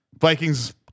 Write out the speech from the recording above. Vikings